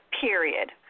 period